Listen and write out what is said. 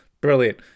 Brilliant